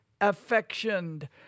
affectioned